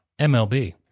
MLB